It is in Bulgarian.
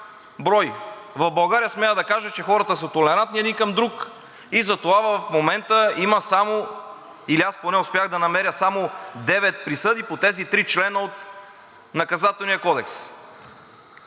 брой. В България, смея да кажа, че хората са толерантни един към друг и затова в момента има само, или аз поне успях да намеря, девет присъди по тези три члена от Наказателния кодекс.